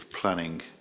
planning